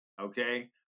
okay